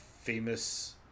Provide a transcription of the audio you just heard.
famous